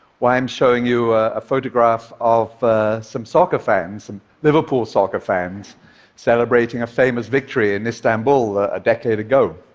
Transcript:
why i'm showing you a photograph of some soccer fans and liverpool soccer fans celebrating a famous victory in istanbul, a decade ago.